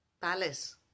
palace